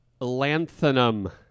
lanthanum